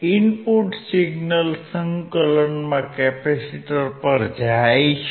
input signal સંકલનમાં capacitor પર જાય છે